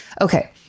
Okay